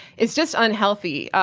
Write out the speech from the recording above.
it's just unhealthy.